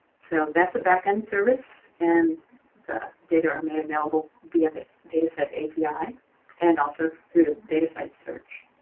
so that's a back-end service and the data are made available via the datacite api and also through datacite search.